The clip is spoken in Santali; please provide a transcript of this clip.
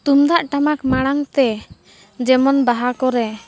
ᱛᱩᱢᱫᱟᱜ ᱴᱟᱢᱟᱠ ᱢᱟᱲᱟᱝ ᱛᱮ ᱡᱮᱢᱚᱱ ᱵᱟᱦᱟ ᱠᱚᱨᱮ